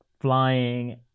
flying